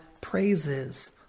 praises